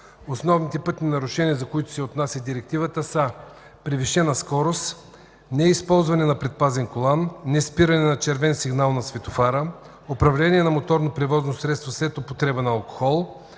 Основните пътни нарушения, за които се отнася Директивата, са: превишена скорост, неизползване на предпазен колан, неспиране на червен сигнал на светофара, управление на моторно превозно средства след употреба на алкохол,